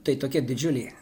tai tokia didžiulė